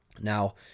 Now